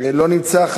לא נמצא.